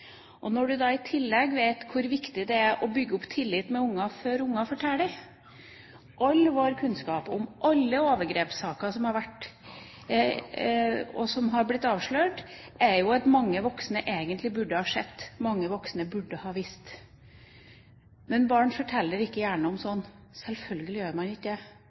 tilsynssystem, når du i tillegg vet hvor viktig det er å bygge opp tilliten hos barnet før barnet forteller. All vår kunnskap om alle overgrepssaker som har vært, og som har blitt avslørt, går jo på at mange voksne egentlig burde ha sett, mange voksne burde ha visst. Men barn forteller ikke gjerne om slikt. Selvfølgelig gjør de ikke det.